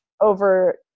over